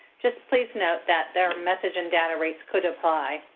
just please note that there are message and data rates could apply.